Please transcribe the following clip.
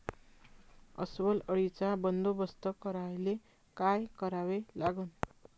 अस्वल अळीचा बंदोबस्त करायले काय करावे लागन?